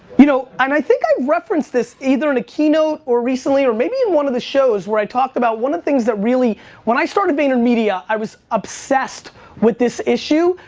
you know, and i think, i referenced this either in a keynote or recently or maybe in one of the shows where i talked about one of the things that really when i started vaynermedia. i was obsessed with this issue,